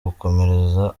gukomereza